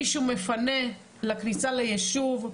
מי שמפנה מפנה לכניסה לישוב,